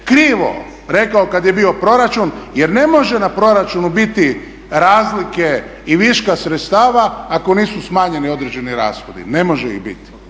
krivo rekao kad je bio proračun jer ne može na proračunu biti razlike i viška sredstava ako nisu smanjeni određeni rashodi, ne može biti.